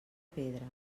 pedra